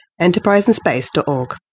enterpriseinspace.org